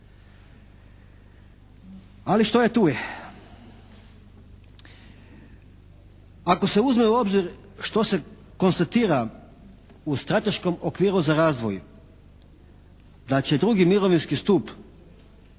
Ali što je tu je.